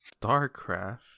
StarCraft